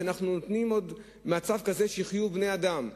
כשאנחנו נותנים שבמצב כזה יחיו בני-אדם,